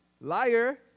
Liar